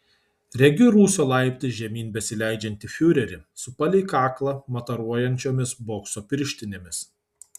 regiu rūsio laiptais žemyn besileidžiantį fiurerį su palei kaklą mataruojančiomis bokso pirštinėmis